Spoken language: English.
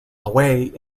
away